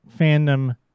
fandom